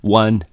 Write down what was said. one